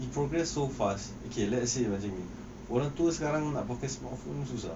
we progress so fast okay let's say orang tua sekarang nak pakai smartphones pun susah